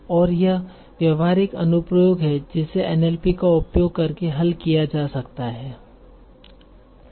और यह व्यावहारिक अनुप्रयोग है जिसे एनएलपी का उपयोग करके हल किया जा सकता है